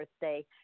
birthday